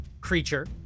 creature